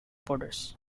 borders